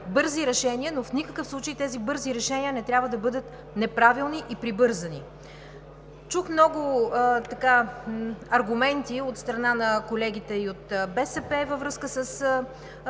бързи решения, но в никакъв случай тези бързи решения не трябва да бъдат неправилни и прибързани. Чух много аргументи от страна на колегите и от БСП във връзка с